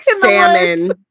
salmon